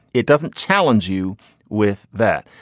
it doesn't challenge you with that.